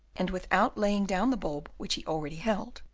and without laying down the bulb which he already held,